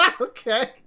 Okay